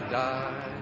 die